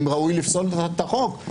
האם ראוי לפסול את החוק.